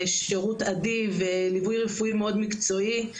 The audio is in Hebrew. שירות אדיב וליווי רפואי מאוד מקצועי,